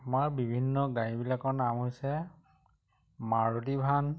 আমাৰ বিভিন্ন গাড়ীবিলাকৰ নাম হৈছে মাৰুতি ভান